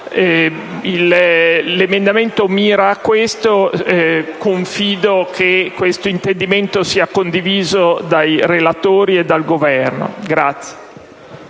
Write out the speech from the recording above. L'emendamento 5.202 mira a questo. Confido che tale intendimento sia condiviso dai relatori e dal Governo.